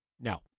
No